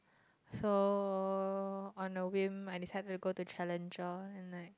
so on the way my decided to go to Challenger and like